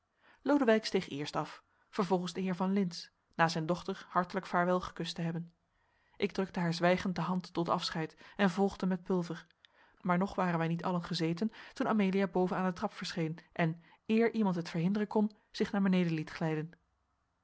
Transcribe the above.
lodewijk steeg eerst af vervolgens de heer van lintz na zijn dochter hartelijk vaarwelgekust te hebben ik drukte haar zwijgend de hand tot afscheid en volgde met pulver maar nog waren wij niet allen gezeten toen amelia boven aan de trap verscheen en eer iemand het verhinderen kon zich naar beneden liet glijden